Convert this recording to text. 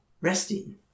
resting